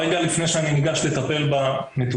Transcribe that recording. רגע לפני שאני ניגש לטפל במטופלת,